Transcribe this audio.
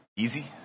Easy